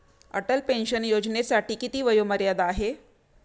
Atal pension योजनेसाठी किती वयोमर्यादा आहे?